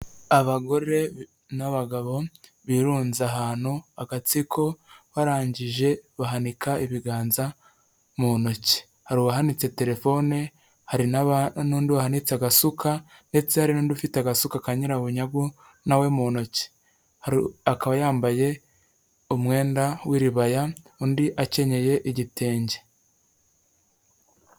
Abagore n'abagabo birunze ahantu agatsiko barangije bahanika ibiganza mu ntoki, hari uwahanitse terefone, hari n'undi wahanitse agasuka, ndetse hari n'undi ufite agasuka ka nyirabunyagu na we mu ntoki, akaba yambaye umwenda w'iribaya, undi akenyeye igitenge.